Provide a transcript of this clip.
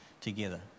together